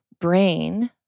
brain